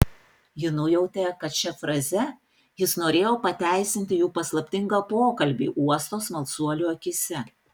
ji nujautė kad šia fraze jis norėjo pateisinti jų paslaptingą pokalbį uosto smalsuolių akyse